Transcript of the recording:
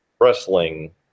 wrestling